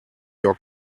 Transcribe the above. your